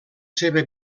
seva